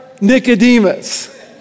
Nicodemus